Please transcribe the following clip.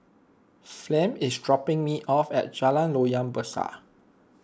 Flem is dropping me off at Jalan Loyang Besar